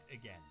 again